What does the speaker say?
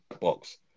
box